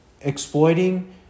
exploiting